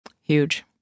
Huge